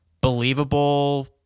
believable